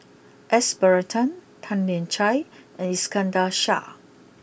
S Varathan Tan Lian Chye and Iskandar Shah